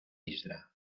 isla